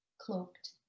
cloaked